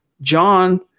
John